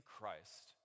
Christ